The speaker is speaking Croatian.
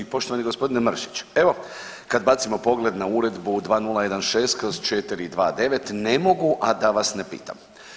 Poštovani gospodine Mršić, evo kad bacimo pogled na Uredbu 2016/429 ne mogu a da vas ne pitam.